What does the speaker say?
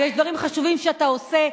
ויש דברים חשובים שאתה עושה,